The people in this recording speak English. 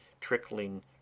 trickling